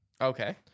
Okay